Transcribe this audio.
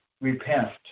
repent